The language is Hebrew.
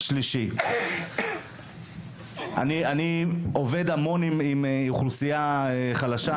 אני עובד המון עם אוכלוסייה חלשה.